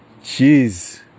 Jeez